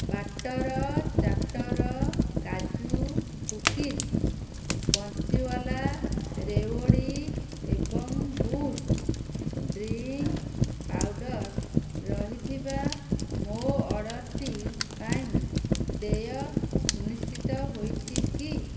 butter chatter କାଜୁ cookies Bansiwala ରେୱଡ଼ି ଏବଂ ବୂଷ୍ଟ୍ ଡ୍ରିଙ୍କ୍ ପାଉଡର ରହିଥିବା ମୋ ଅର୍ଡ଼ର୍ଟି ପାଇଁ ଦେୟ ସୁନିଶ୍ଚିତ ହୋଇଛି କି